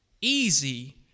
easy